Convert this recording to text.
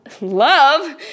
love